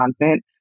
content